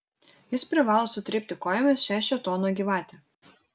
jis privalo sutrypti kojomis šią šėtono gyvatę